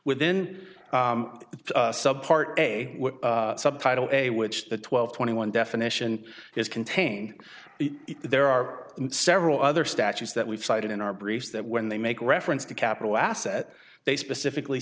within in the sub part a subtitle a which the twelve twenty one definition is contained there are several other statutes that we've cited in our briefs that when they make reference to capital asset they specifically